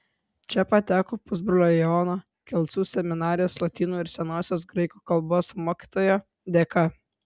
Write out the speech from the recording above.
čia pateko pusbrolio jono kelcų seminarijos lotynų ir senosios graikų kalbos mokytojo dėka